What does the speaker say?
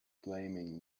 blaming